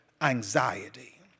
anxiety